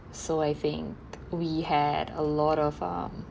so I think we had a lot of um